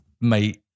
Mate